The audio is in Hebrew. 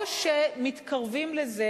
או שמתקרבים לזה,